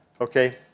Okay